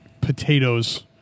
potatoes